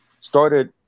started